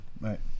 right